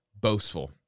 boastful